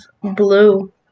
Blue